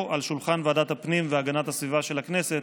על שולחן ועדת הפנים והגנת הסביבה של הכנסת